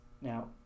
Now